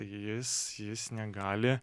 jis jis negali